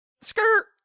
Skirt